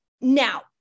Now